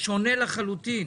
שונה לחלוטין